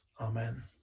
Amen